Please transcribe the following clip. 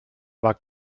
war